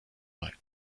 weit